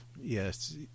Yes